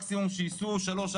מקסימום שיסעו 3,